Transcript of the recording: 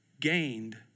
gained